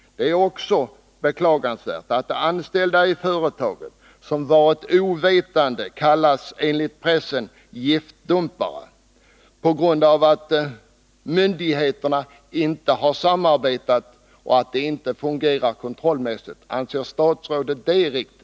Det är också beklagansvärt att de anställda i företaget, vilka varit ovetande, i pressen kallas giftdumpare, på grund av att myndigheterna inte har samarbetat och att det inte fungerat kontrollmässigt. Anser statsrådet det var riktigt?